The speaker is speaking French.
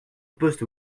poste